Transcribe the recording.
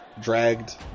dragged